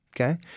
Okay